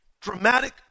dramatic